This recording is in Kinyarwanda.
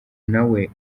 nawe